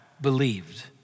believed